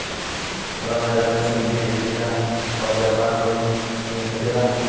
हमर बाजार मे सब्जी बेचिला और व्यापार लोन मिल सकेला?